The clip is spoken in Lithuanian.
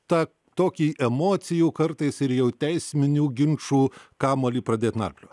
tą tokį emocijų kartais ir jau teisminių ginčų kamuolį pradėt narpliot